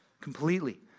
completely